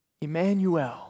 Emmanuel